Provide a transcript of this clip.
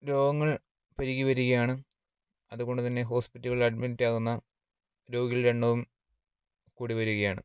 രോഗങ്ങൾ പെരുകി വരികയാണ് അതുകൊണ്ട് തന്നെ ഹോസ്പിറ്റലുകളിൽ അഡ്മിറ്റാകുന്ന രോഗികളിൽ എണ്ണവും കൂടി വരികയാണ്